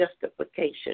justification